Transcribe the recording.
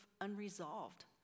unresolved